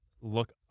look